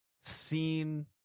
seen